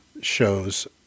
shows